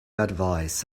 advice